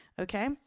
Okay